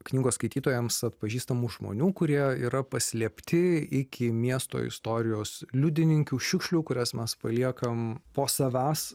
knygos skaitytojams atpažįstamų žmonių kurie yra paslėpti iki miesto istorijos liudininkių šiukšlių kurias mes paliekam po savęs